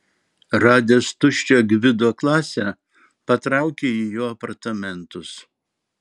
radęs tuščią gvido klasę patraukė į jo apartamentus